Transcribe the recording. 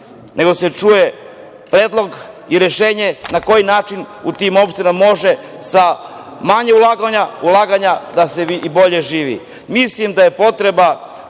nego da se čuje predlog i rešenje na koji način u tim opštinama može sa manje ulaganja da se i bolje živi. Mislim da je potreba